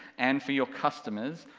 and for your customers,